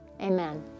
amen